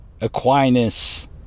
Aquinas